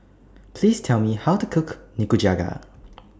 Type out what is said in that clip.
Please Tell Me How to Cook Nikujaga